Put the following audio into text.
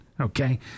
okay